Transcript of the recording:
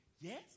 Yes